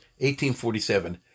1847